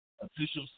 officials